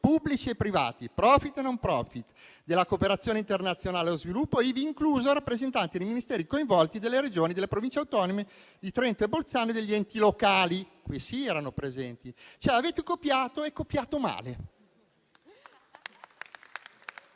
pubblici e privati, *profit* e *no profit*, della cooperazione internazionale allo sviluppo, ivi inclusi i rappresentanti dei Ministeri coinvolti, delle Regioni, delle Province autonome di Trento e Bolzano e degli enti locali (qui sì erano presenti). Avete copiato e copiato male.